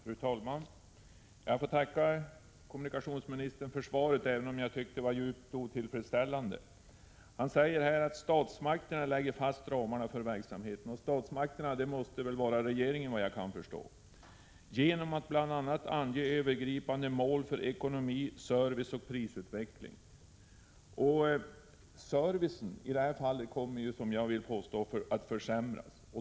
Fru talman! Jag får tacka kommunikationsministern för svaret, även om jag tyckte att det var djupt otillfredsställande. Kommunikationsministern säger att statsmakterna lägger fast ramarna för verksamheten, och statsmakterna det måste väl vara regeringen såvitt jag kan förstå, genom att bl.a. ange övergripande mål för ekonomi, service och prisutveckling. Jag vill påstå att servicen i detta fall kommer att försämras.